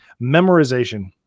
memorization